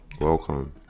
welcome